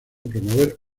promover